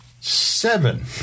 Seven